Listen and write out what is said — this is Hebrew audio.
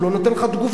הוא לא נותן לך תגובה,